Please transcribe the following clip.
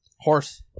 horse